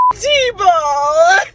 T-ball